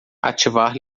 ativar